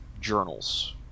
journals